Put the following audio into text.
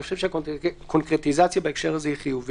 אני חושב שהקונקרטיזציה בהקשר הזה היא חיובית.